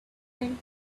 and